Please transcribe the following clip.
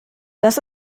das